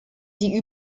sie